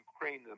Ukraine